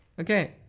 Okay